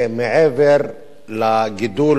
זה מעבר לגידול